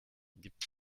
gibt